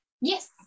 Yes